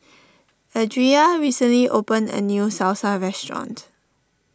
Adria recently opened a new Salsa restaurant